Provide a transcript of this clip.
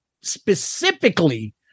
specifically